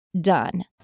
done